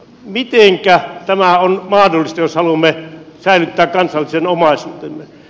mitenkä tämä on mahdollista jos haluamme säilyttää kansallisen omaisuutemme